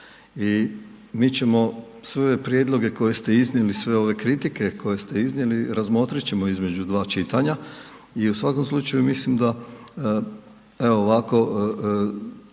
i mi ćemo sve ove prijedloge koje ste iznijeli, sve ove kritike koje ste iznijeli, razmotrit ćemo između dva čitanja i u svakom slučaju mislim da evo ovako,